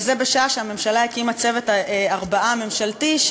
וזה בשעה שהממשלה הקימה את "צוות הארבעה" הממשלתי,